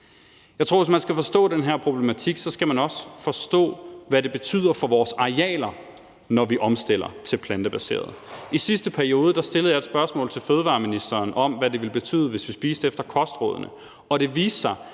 Jeg tror, at hvis man skal forstå den her problematik, skal man også forstå, hvad det betyder for vores arealer, når vi omstiller til plantebaserede fødevarer. I sidste periode stillede jeg et spørgsmål til fødevareministeren om, hvad det ville betyde, hvis vi spiste efter kostrådene.